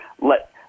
let